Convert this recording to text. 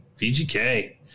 VGK